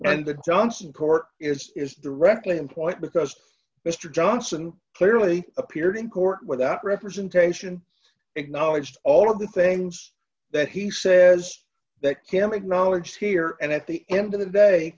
and the johnson court d is is directly employed because mr johnson clearly appeared in court without representation acknowledged all of the things that he says that kim acknowledged here and at the end of the day